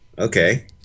Okay